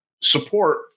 support